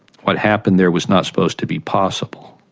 what happened there was not supposed to be possible.